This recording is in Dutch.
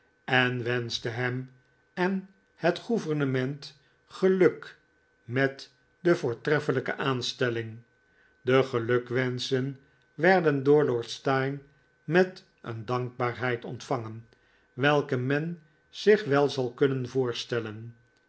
en wenschte hem en het gouvernement geluk met de voortreffelijke aanstelling de gelukwenschen werden door lord steyne met een dankbaarheid ontvangen welke men zich wel zal kunnen voorstellen